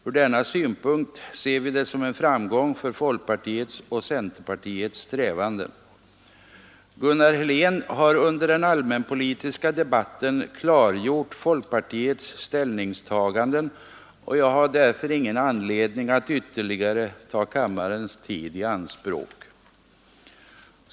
Ur denna synpunkt ser vi det som en framgång för folkpartiets och centerpartiets strävanden. Gunnar Helén har under den allmänpolitiska debatten klargjort folkpartiets ställningstaganden, och jag har därför ingen anledning att ytterligare ta kammarens tid i anspråk därmed.